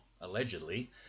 allegedly